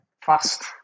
Fast